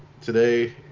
today